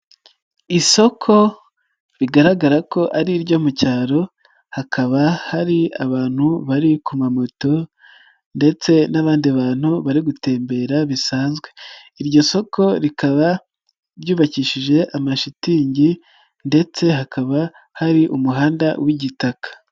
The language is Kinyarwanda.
Isoko rigaragara ko ariryo mu cyaro hakaba hari abantu bari ku ma moto ndetse n'abandi bantu bari gutembera bisanzwe, iryo soko rikaba ryubakishije amashitingi ndetse hakaba hari umuhanda w'igitaka.